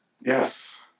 Yes